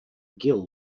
gill